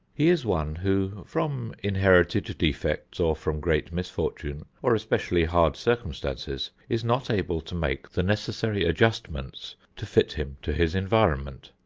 he is one who, from inherited defects or from great misfortune or especially hard circumstances, is not able to make the necessary adjustments to fit him to his environment.